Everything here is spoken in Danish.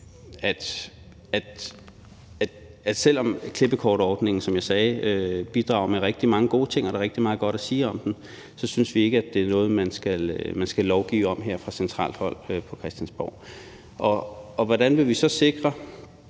Så selv om klippekortordningen, som jeg sagde, bidrager med rigtig mange gode ting – og der er rigtig meget godt at sige om den – så synes vi ikke, det er noget, man skal lovgive om her fra centralt hold på Christiansborg. Hvordan vil vi så sikre